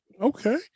Okay